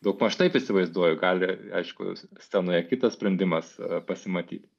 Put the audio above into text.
daugmaž taip įsivaizduoju gali aišku scenoje kitas sprendimas pasimatyt